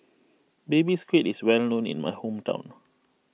Baby Squid is well known in my hometown